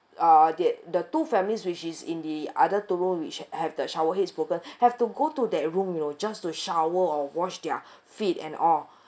uh that the two families which is in the other two rooms which have the shower heads broken have to go to that room you know just to shower or wash their feet and all